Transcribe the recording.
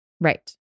Right